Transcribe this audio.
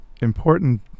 important